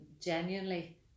genuinely